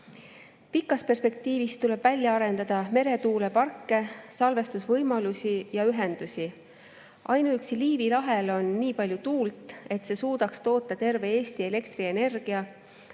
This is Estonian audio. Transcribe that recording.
Pikas perspektiivis tuleb välja arendada meretuuleparke, salvestusvõimalusi ja ühendusi. Ainuüksi Liivi lahel on nii palju tuult, et see suudaks toota kogu Eestis vajaliku elektrienergia,